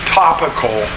topical